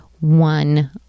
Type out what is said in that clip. one